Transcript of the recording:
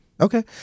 Okay